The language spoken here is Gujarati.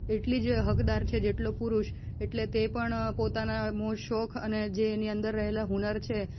એટલી જ હકદાર છે જેટલો પુરુષ એટલે તે પણ પોતાના મોજ શોખ અને જે એની અંદર રહેલા હુનર છે